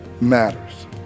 matters